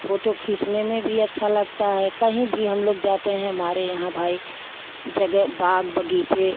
photo खींचने में भी अच्छा लगता है कहीं भी हम लोग जाते हैं हमारे यहाँ भाई जगह बाग बगीचे